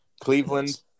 Cleveland